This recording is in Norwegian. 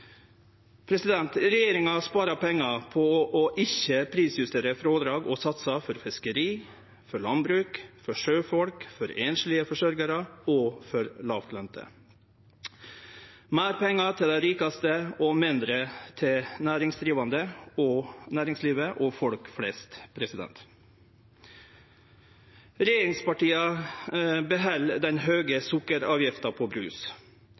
Regjeringa sparer pengar på å ikkje prisjustere frådrag og satsar for fiskeri, for landbruk, for sjøfolk, for einslege forsørgjarar og for lågtlønte – meir pengar til dei rikaste og mindre til næringsdrivande, næringslivet og folk flest. Regjeringspartia beheld den høge sukkeravgifta på brus.